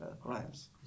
crimes